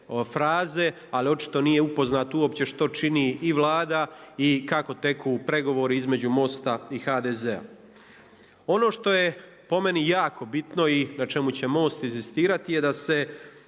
fraze, ali očito nije upoznat što čini i Vlada i kako teku pregovori između MOST-a i HDZ-a. Ono što je po meni jako bitno i na čemu će MOST inzistirati je da se